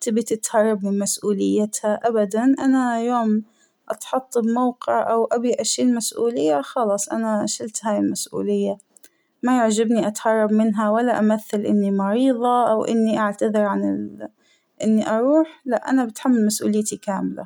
تبى تتهرب من مسؤوليتها أبداً ، أنا يوم أتحط بموقع أو أبى أشيل مسؤولية خلاص أنا شلت هاى المسؤولية ، ما يعجبنى أتهرب منها أو أمثل إنى مريضة أو إنى أعتذر عن ال إنى أروح لا أنا بتحمل مسؤوليتى كاملة.